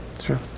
sure